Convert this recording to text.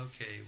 okay